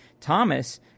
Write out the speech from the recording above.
Thomas